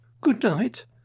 Good-night